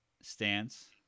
stance